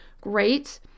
great